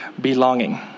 Belonging